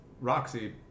Roxy